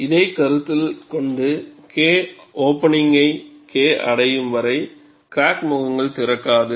இதைக் கருத்தில் கொண்டு Kop ஐ K அடையும் வரை கிராக் முகங்கள் திறக்காது